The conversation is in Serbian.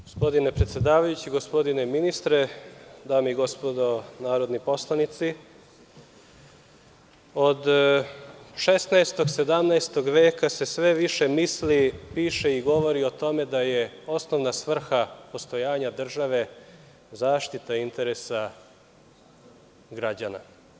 Gospodine predsedavajući, gospodine ministre, dame i gospodo narodni poslanici, od 16, 17. veka se sve više misli, piše i govori o tome da je osnovna svrha postojanja države zaštita interesa građana.